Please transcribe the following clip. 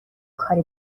کار